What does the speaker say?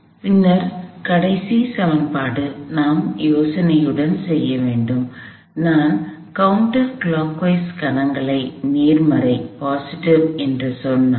பின்னர் கடைசி சமன்பாடு நாம் யோசனையுடன் செய்ய வேண்டும் நான் எதிர் கடிகார கணங்களை நேர்மறை என்று சொன்னால்